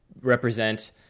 represent